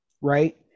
right